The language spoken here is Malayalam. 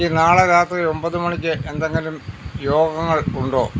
എനിക്ക് നാളെ രാത്രി ഒമ്പത് മണിക്ക് എന്തെങ്കിലും യോഗങ്ങൾ ഉണ്ടോ